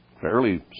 fairly